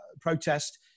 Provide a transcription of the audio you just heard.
protest